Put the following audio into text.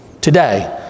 today